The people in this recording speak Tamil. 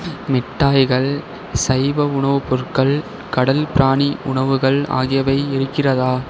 மிட்டாய்கள் சைவ உணவுப் பொருட்கள் கடல் பிராணி உணவுகள் ஆகியவை இருக்கிறதா